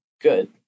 good